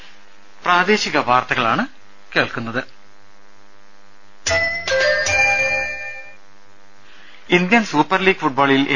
ദേദ Indian Super League ഫുട്ബോളിൽ A